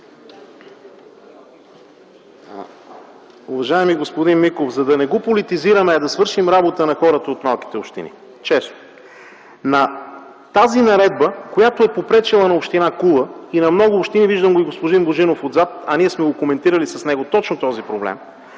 Уважаеми господин Миков, за да не го политизираме, а за да свършим работата на хората от малките общини, честно: тази наредба, която е попречила на община Кула и на много общини, виждам господин Божинов отзад, ние сме коментирали с него точно този проблем,